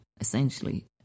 essentially